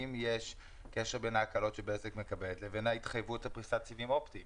האם יש קשר בין ההקלות שבזק מקבלת לבין ההתחייבות לפריסת סיבים אופטיים.